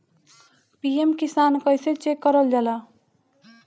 PM Kisan कइसे check करल जाला?